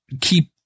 keep